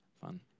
fun